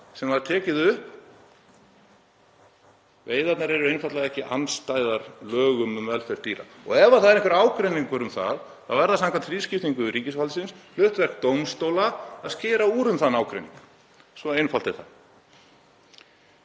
sem var tekið upp. Veiðarnar eru einfaldlega ekki andstæðar lögum um velferð dýra. Og ef það er einhver ágreiningur um það, þá er það, samkvæmt þrískiptingu ríkisvaldsins, hlutverk dómstóla að skera úr um þann ágreining. Svo einfalt er